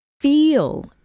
feel